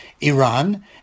Iran